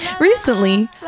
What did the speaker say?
Recently